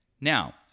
Now